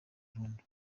burundu